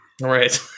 Right